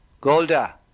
Golda